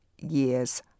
years